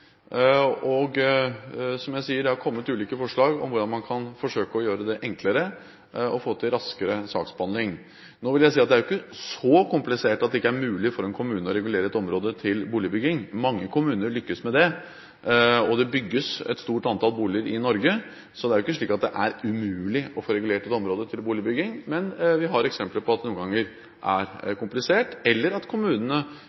Som jeg sier, har det kommet ulike forslag om hvordan man kan forsøke å gjøre det enklere og få til raskere saksbehandling. Nå vil jeg si at det er jo ikke så komplisert at det ikke er mulig for en kommune å regulere et område til boligbygging. Mange kommuner lykkes med det, og det bygges et stort antall boliger i Norge. Så det er jo ikke slik at det er umulig å få regulert et område til boligbygging, men vi har eksempler på at det noen ganger er